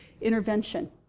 intervention